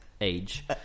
age